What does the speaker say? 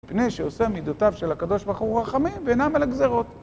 פני שעושה מידותיו של הקדוש בחור רחמים ואינם על הגזרות.